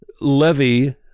Levy